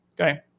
okay